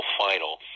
final